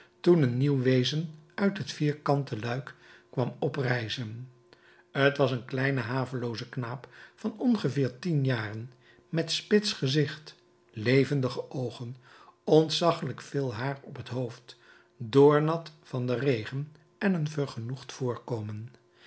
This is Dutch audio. toen een nieuw wezen uit het vierkante luik kwam oprijzen t was een kleine havelooze knaap van ongeveer tien jaren met spits gezicht levendige oogen ontzaggelijk veel haar op het hoofd doornat van den regen en een vergenoegd voorkomen